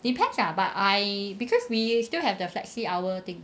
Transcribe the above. depends ah but I because we still have the flexi hour thing